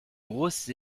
grosses